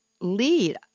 lead